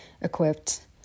equipped